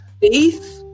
faith